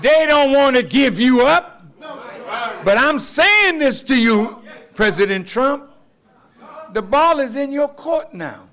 they don't want to give you up but i'm saying this to you president truman the ball is in your